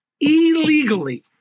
illegally